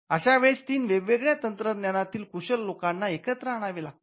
अश्या वेळेस तीन वेगवेगळ्या तंत्रज्ञानातील कुशल लोकांना एकत्र आणावे लागते